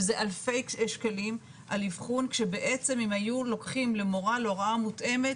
וזה אלפי שקלים על אבחון כשבעצם אם היו לוקחים למורה להוראה מותאמת,